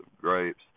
grapes